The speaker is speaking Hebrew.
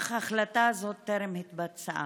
אך החלטה זו טרם התבצעה.